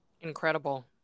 Incredible